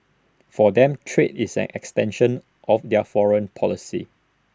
for them trade is an extension of their foreign policy